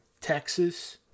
Texas